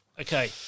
Okay